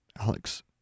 Alex